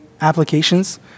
applications